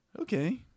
Okay